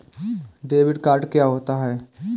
Debit card क्या होता है?